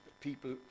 people